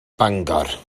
bangor